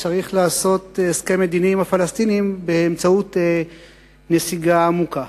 שצריך לעשות הסכם מדיני עם הפלסטינים באמצעות נסיגה עמוקה.